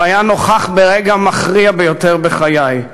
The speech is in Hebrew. הוא היה נוכח ברגע מכריע ביותר בחיי: